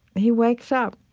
he wakes up